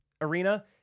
arena